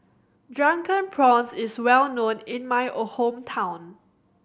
Drunken Prawns is well known in my hometown